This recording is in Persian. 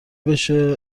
بشه